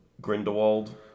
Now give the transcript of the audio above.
Grindelwald